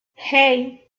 hey